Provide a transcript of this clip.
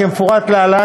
כמפורט להלן,